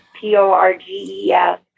P-O-R-G-E-S